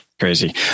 Crazy